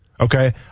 Okay